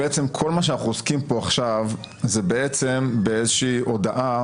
כל מה שאנחנו עוסקים פה עכשיו זה בעצם באיזושהי הודעה